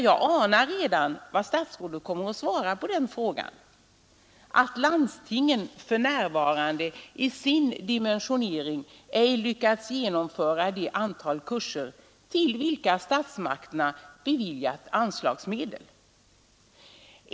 Jag anar redan vad statsrådet kommer att svara på den frågan, nämligen att landstingen för närvarande i sin dimensionering inte har lyckats genomföra det antal kurser till vilka statsmakterna beviljat anslagsmedel.